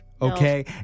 Okay